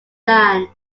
than